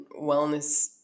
wellness